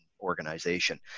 organization